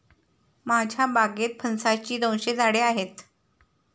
माझ्या बागेत फणसाची दोनशे झाडे आहेत